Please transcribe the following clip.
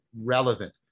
relevant